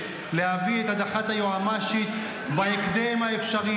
להביא את הדחת היועמ"שית בהקדם האפשרי,